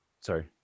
Sorry